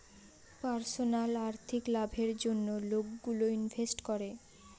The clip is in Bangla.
পার্সোনাল আর্থিক লাভের জন্য লোকগুলো ইনভেস্ট করে